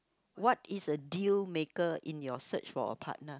what is a deal maker in your search for a partner